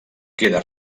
queda